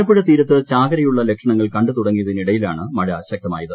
ആലപ്പുഴ തീരത്ത് ചാകരയുള്ള ലക്ഷണങ്ങൾ കണ്ടു തുടങ്ങിയതിനിടയിലാണ് മഴ ശക്തമായത്